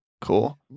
Cool